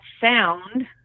sound